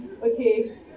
Okay